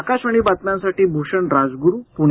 आकाशवाणी बातम्यांसाठी भूषण राजगुरु पूणे